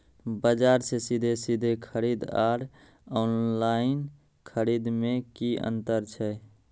बजार से सीधे सीधे खरीद आर ऑनलाइन खरीद में की अंतर छै?